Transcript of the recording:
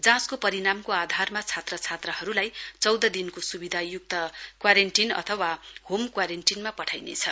जाँचका परिणामको आधारमा छात्र छात्राहरूलाई चौध दिनको सुविधायुर्क क्वारेन्टीन अथवा होम क्वारेन्टीनमा पठाइनेछ